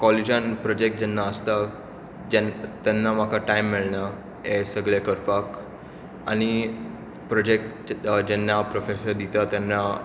कॉलेजान project जेन्ना आसता जेन्न तेन्ना म्हाका टायम मेळना हें सगलें करपाक आनी प्रॉजॅक्ट जे जेन्ना प्रॉफॅसर दिता तेन्ना